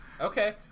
Okay